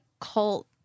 cult